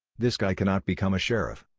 this guy cannot become a sheriff.